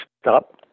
Stop